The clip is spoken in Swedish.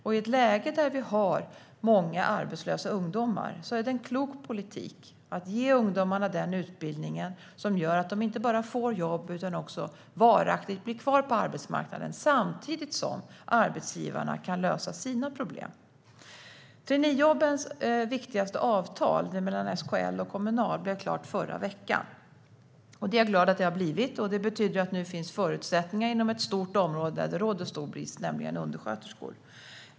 I ett läge där det finns många arbetslösa ungdomar är det en klok politik att ge ungdomarna den utbildning som gör att de inte bara får jobb utan också varaktigt blir kvar på arbetsmarknaden samtidigt som arbetsgivarna kan lösa sina problem. Traineejobbens viktigaste avtal mellan SKL och Kommunal blev klart förra veckan. Det är jag glad för. Det betyder att det nu finns förutsättningar till utbildning inom ett stort område där det råder stor brist, nämligen undersköterskor.